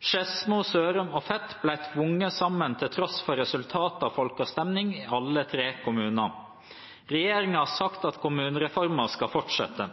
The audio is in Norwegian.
Skedsmo, Sørum og Fet ble tvunget sammen til tross for resultatet av folkeavstemning i alle tre kommuner. Regjeringen har sagt at kommunereformen skal fortsette.